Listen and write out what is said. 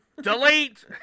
delete